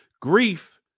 grief